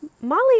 Molly